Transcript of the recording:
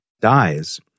dies